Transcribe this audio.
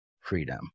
freedom